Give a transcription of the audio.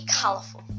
colourful